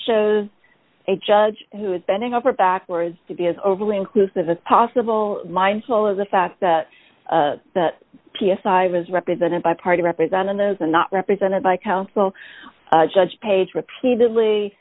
shows a judge who is bending over backwards to be as overly inclusive as possible mindful of the fact that the p s i i was represented by party representatives and not represented by counsel judge page repeatedly